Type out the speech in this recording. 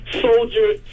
soldier